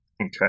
Okay